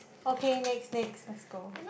okay next next let's go